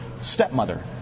stepmother